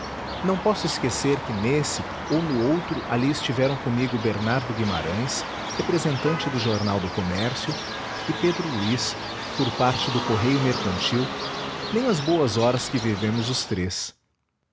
não posso esquecer que nesse ou no outro ali estiveram comigo bernardo guimarães representante do jornal do comércio e pedro luís por parte do correio mercantil nem as boas horas que vivemos os três